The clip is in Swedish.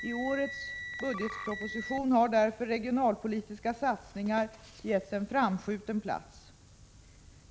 I årets budgetproposition har därför regionalpolitiska satsningar getts en framskjuten plats.